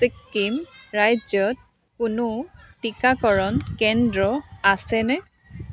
ছিকিম ৰাজ্যত কোনো টীকাকৰণ কেন্দ্ৰ আছেনে